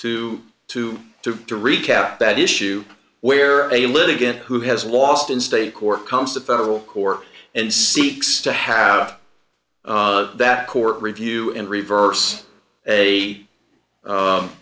to to to to recap that issue where a litigant who has lost in state court comes to federal court and seeks to have that court review and reverse a